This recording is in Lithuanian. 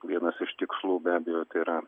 vienas iš tikslų be abejo tai yra